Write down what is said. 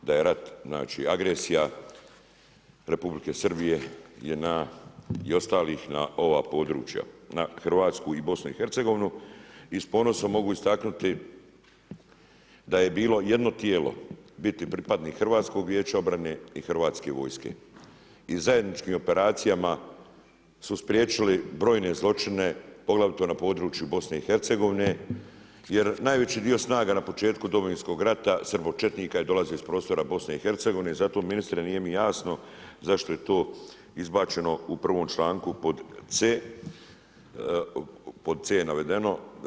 Da je rat agresija Republike Srbije, JNA i ostalih na ova područja, na Hrvatsku i BiH i s ponosom mogu istaknuti da je bilo jedno tijelo biti pripadnik HVO-a i hrvatske vojske i zajedničkim operacijama su spriječili brojne zločine, poglavito na području BiH-a jer najveći dio snaga na početku Domovinskog rata, srbočetnika dolazi iz prostora BiH-a, zato ministre nije mi jasno zašto je to izbačeno u prvom članku pod c navedeno.